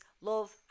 love